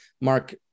Mark –